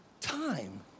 Time